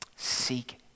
seek